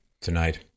tonight